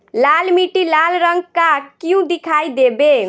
लाल मीट्टी लाल रंग का क्यो दीखाई देबे?